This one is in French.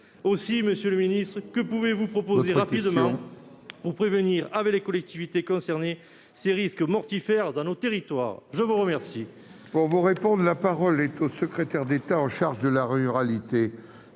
Aussi, monsieur le secrétaire d'État, que pouvez-vous proposer rapidement pour prévenir, avec les collectivités concernées, ces risques mortifères dans nos territoires ? La parole